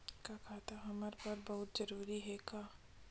का खाता हमर बर बहुत जरूरी हे का?